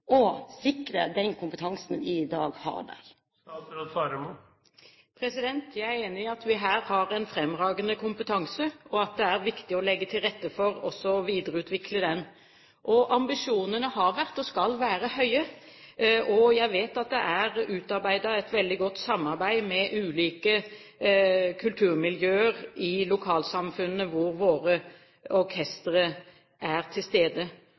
den kompetansen vi i dag har der? Jeg er enig i at vi her har en fremragende kompetanse, og at det er viktig å legge til rette for å videreutvikle den. Ambisjonene har vært – og skal være – høye. Jeg vet at det er utarbeidet et veldig godt samarbeid med ulike kulturmiljøer i lokalsamfunnene der våre orkestre er til stede.